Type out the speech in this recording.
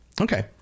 Okay